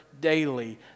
daily